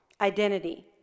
identity